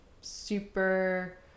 super